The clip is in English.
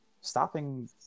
stopping